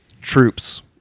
troops